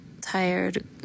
tired